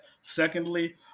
Secondly